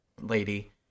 lady